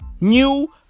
New